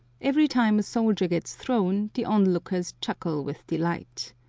every time a soldier gets thrown the on-lookers chuckle with delight.